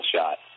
shot